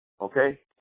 Okay